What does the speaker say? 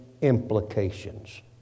implications